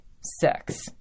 sex